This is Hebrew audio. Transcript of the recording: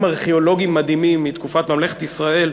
ארכיאולוגיים מדהימים מתקופת ממלכת ישראל.